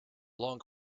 long